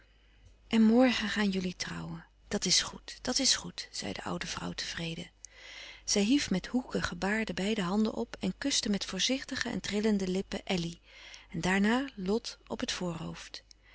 en morgen gaan jullie trouwen dat is goed dat is goed zei de oude vrouw tevreden zij hief met hoekig gebaar de beide handen op en kuste met voorzichtige en trillende lippen elly daarna lot op het voorhoofd